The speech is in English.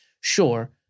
sure